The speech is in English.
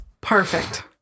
perfect